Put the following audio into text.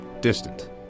distant